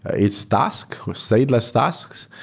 it's task, stateless tasks.